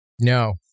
No